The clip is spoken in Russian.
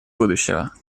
будущего